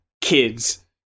kids